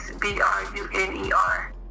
B-R-U-N-E-R